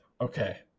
Okay